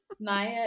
Maya